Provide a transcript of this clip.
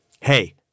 Hey